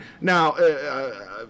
now